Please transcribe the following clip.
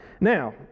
Now